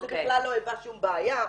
זה בכלל לא היווה שום בעיה.